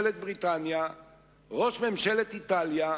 ראש ממשלת בריטניה,